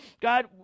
God